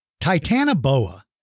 Titanoboa